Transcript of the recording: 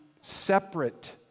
separate